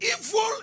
evil